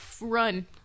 run